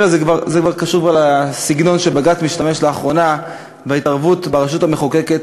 זה כבר קשור לסגנון שבג"ץ משתמש בו לאחרונה בהתערבות ברשות המחוקקת,